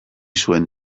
zuen